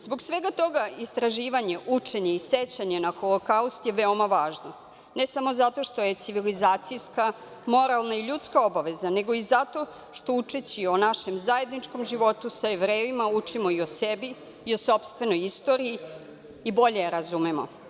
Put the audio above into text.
Zbog svega toga, istraživanje, učenje i sećanje na Holokaust je veoma važno, ne samo zato što je civilizacijska, moralna i ljudska obaveza, nego i zato što učeći o našem zajedničkom životu sa Jevrejima učimo i o sebi i o sopstvenoj istoriji i bolje je razumemo.